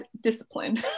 discipline